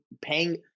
paying